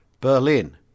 Berlin